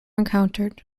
encountered